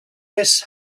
miss